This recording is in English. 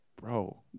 bro